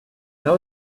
how